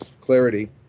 clarity